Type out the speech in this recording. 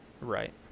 Right